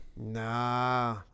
Nah